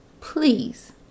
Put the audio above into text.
please